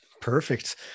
perfect